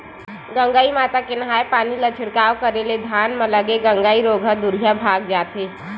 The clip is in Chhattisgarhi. गंगई माता के नंहाय पानी ला छिड़काव करे ले धान म लगे गंगई रोग ह दूरिहा भगा जथे